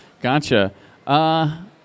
Gotcha